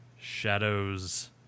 Shadows